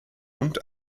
und